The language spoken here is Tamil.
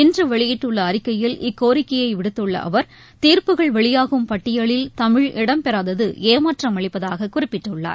இன்றுவெளியிட்டுள்ளஅறிக்கையில் இக்கோரிக்கையைவிடுத்துள்ளஅவர் தீர்ப்புகள் வெளியாகும் பட்டியலில் தமிழ் இடம்பெறாததுஏமாற்றம் அளிப்பதாககுறிப்பிட்டுள்ளார்